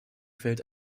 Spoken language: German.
fällt